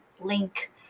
link